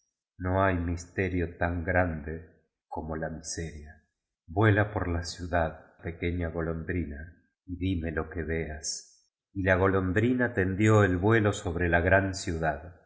no hay misterio tan grande como la miseria vuela por la ciudad pe queña golondrina y di me lo que veas y la golondrina tendió el vuelo sobre la gran ciudad